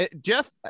Jeff